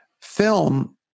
film